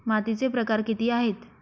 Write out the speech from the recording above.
मातीचे प्रकार किती आहेत?